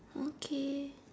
okay